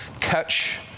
catch